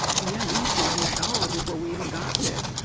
oh, yeah. we used to run the shower before we even got in it.